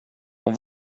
och